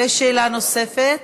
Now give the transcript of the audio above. שאלה נוספת